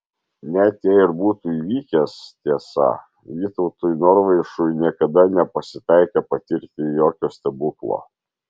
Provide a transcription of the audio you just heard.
net jei ir būtų įvykęs tiesa vytautui norvaišui niekada nepasitaikė patirti jokio stebuklo